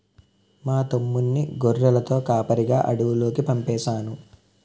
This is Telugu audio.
మా తమ్ముణ్ణి గొర్రెలతో కాపరిగా అడవిలోకి పంపేను